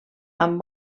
amb